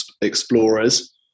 explorers